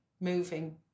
moving